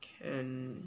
can